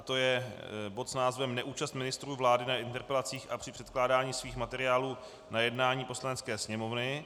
To je bod s názvem Neúčast ministrů vlády na interpelacích a při předkládání svých materiálů na jednání Poslanecké sněmovny.